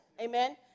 Amen